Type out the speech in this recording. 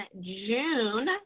June